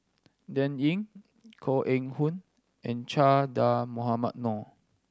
Dan Ying Koh Eng Hoon and Che Dah Mohamed Noor